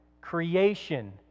Creation